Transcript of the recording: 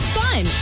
fun